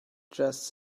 just